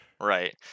right